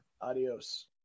Adios